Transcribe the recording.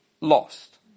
lost